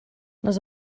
les